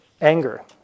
anger